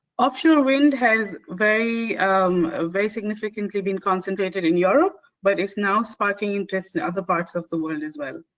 offshore wind has very um ah very significantly been concentrated in europe but it's now sparking interest in other parts of the world as well.